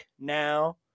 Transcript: now